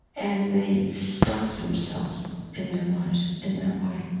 and they stop themselves in their lives in that way.